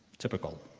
typical.